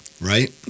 right